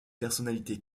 personnalités